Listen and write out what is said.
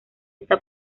está